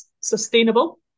sustainable